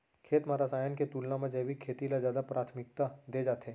खेत मा रसायन के तुलना मा जैविक खेती ला जादा प्राथमिकता दे जाथे